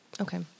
Okay